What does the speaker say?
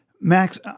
Max